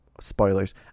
spoilers